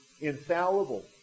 infallible